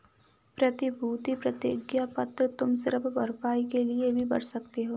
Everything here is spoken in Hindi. प्रतिभूति प्रतिज्ञा पत्र तुम सिर्फ भरपाई के लिए ही भर सकते हो